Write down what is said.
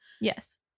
yes